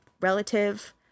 relative